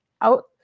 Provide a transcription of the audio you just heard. out